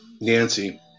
Nancy